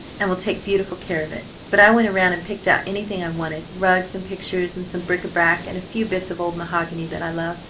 and will take beautiful care of it. but i went around and picked out anything i wanted, rugs and pictures and some bric-a-brac, and a few bits of old mahogany that i love,